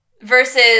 versus